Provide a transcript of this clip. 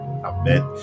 Amen